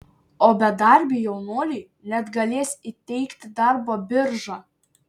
o bedarbiui jaunuoliui net galės įteikti darbo birža